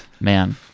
Man